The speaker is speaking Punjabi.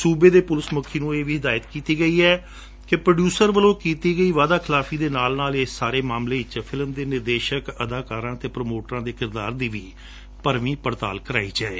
ਸੁਬੇ ਦੇ ਪੁਲਸ ਮੁਖੀ ਨੂੰ ਇਹ ਵੀ ਹਿਦਾਇਤ ਕੀਤੀ ਗਈ ਹੈ ਕਿ ਪ੍ਰੋਡਯੁਸਰ ਵਲੋ ਕੀਤੀ ਗਈ ਵਾਅਦਾਖਿਲਾਫੀ ਦੇ ਨਾਲ ਨਾਲ ਇਸ ਸਾਰੇ ਮਾਮਲੇ ਵਿਚ ਫਿਲਮ ਦੇ ਨਿਦੇਸ਼ਕ ਅਦਾਕਾਰਾਂ ਅਤੇ ਪ੍ਰੋਮੋਟਰਾਂ ਦੇ ਕਿਰਦਾਰ ਦੀ ਵੀ ਭਰਵੀ ਪੜਤਾਲ ਕਰਵਾਈ ਜਾਵੇ